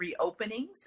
reopenings